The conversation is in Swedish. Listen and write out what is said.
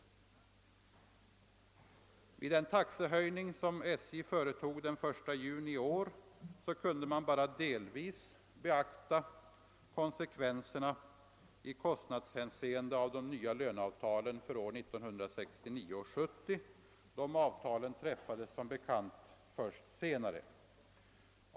Vid den taxehöjning som SJ företog den 1 juni i år kunde man bara delvis beakta konsekvenserna i kost nadshänseende av de nya löneavtalen för 1969 och 1970 — som bekant träffades inte dessa avtal förrän senare.